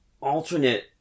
alternate